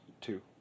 Two